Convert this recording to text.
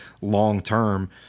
long-term